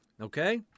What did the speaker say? okay